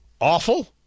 awful